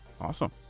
Awesome